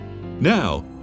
Now